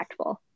impactful